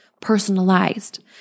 personalized